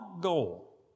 goal